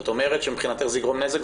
את אומרת שמבחינתך זה יגרום נזק,